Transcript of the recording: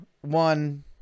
one